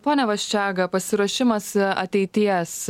pone vasčiaga pasiruošimas ateities